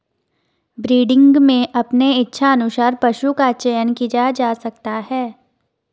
breeding में अपने इच्छा अनुसार पशु का चयन किया जा सकता है